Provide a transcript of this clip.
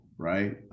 Right